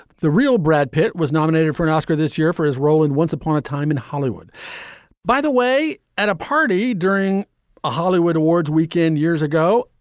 the real brad pitt was nominated for an oscar this year for his role in once upon a time in hollywood by the way, at a party during a hollywood awards weekend. years ago,